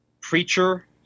preacher